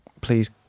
Please